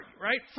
right